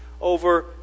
over